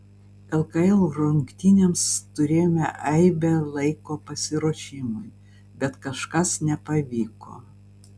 lkl rungtynėms turėjome aibę laiko pasiruošimui bet kažkas nepavyko